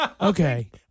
Okay